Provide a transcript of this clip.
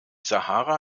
sahara